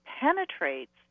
penetrates